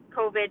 COVID